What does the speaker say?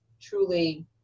truly